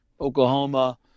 Oklahoma